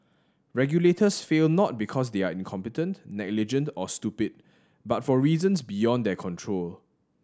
regulators fail not because they are incompetent negligent or stupid but for reasons beyond their control